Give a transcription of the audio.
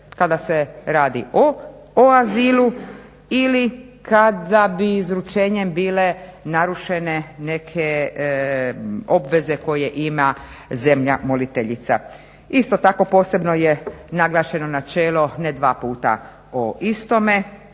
kada se radi o azilu ili kada bi izručenjem bile narušene neke obveze koje ima zemlja moliteljica. Isto tako posebno je naglašeno načelo, ne dva puta o istome,